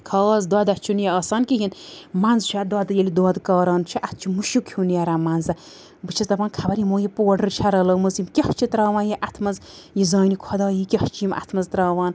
خاص دۄدھہ چھُنہٕ یہِ آسان کِہیٖنۍ منٛزٕ چھُ اَتھ دۄدھ ییٚلہِ دۄدھ کاران چھِ اَتھ چھُ مُشک ہیٛو نیران منٛزٕ بہٕ چھیٚس دَپان خبر یِمو یہِ پوڈَر چھا رَلٲومٕژ یِم کیٛاہ چھِ ترٛاوان یہِ اَتھ منٛز یہِ زانہِ خۄدا یہِ کیٛاہ چھِ یِم اَتھ منٛز ترٛاوان